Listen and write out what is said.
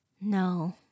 No